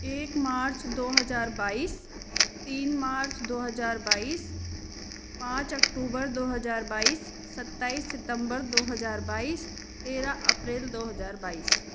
एक मार्च दो हज़ार बाईस तीन मार्च दो हज़ार बाईस पाँच अक्टूबर दो हज़ार बाईस सत्ताईस सितंबर दो हज़ार बाईस तेरह अप्रैल दो हज़ार बाईस